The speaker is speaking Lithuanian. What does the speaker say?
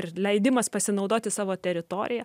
ir leidimas pasinaudoti savo teritorija